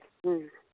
ꯎꯝ